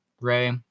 Ray